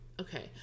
Okay